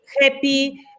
happy